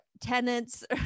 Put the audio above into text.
tenants